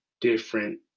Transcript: different